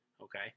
Okay